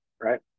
right